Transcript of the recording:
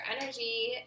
energy